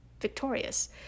victorious